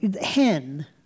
Hen